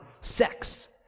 sex